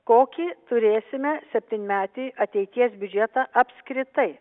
kokį turėsime septynmetį ateities biudžetą apskritai